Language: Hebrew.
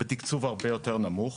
אבל בתקצוב הרבה יותר נמוך.